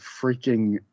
freaking